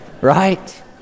right